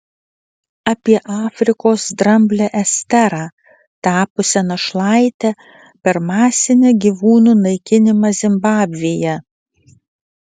apie afrikos dramblę esterą tapusią našlaite per masinį gyvūnų naikinimą zimbabvėje